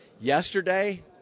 Yesterday